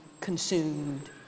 consumed